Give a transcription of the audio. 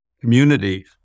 community